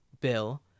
bill